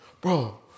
bro